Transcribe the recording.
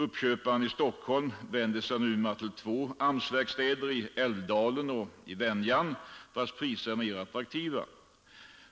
Uppköparen i Stockholm vänder sig numera till två AMS-verkstäder, i Älvdalen och i Venjan, vilkas priser är mer attraktiva.